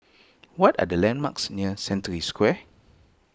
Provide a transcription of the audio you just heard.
what are the landmarks near Century Square